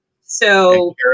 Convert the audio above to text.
So-